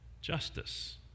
justice